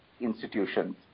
institutions